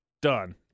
done